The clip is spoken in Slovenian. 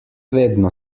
vedno